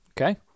Okay